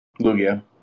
lugia